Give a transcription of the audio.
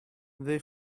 they